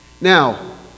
Now